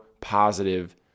positive